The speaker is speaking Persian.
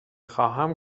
خواهم